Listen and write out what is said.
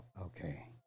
Okay